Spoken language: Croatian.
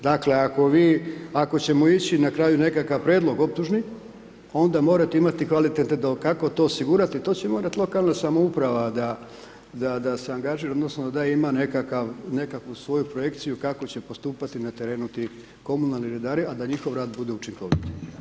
Dakle ako ćemo ići na kraju nekakav prijedlog optužni, onda morate imati kvalitete kako to osigurati, to će morati lokalna samouprava da se angažira odnosno da ima nekakvu svoju projekciju kako će postupati na terenu ti komunalni redari a da njihov rad bude učinkovit.